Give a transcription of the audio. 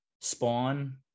Spawn